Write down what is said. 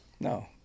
No